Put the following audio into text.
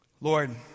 Lord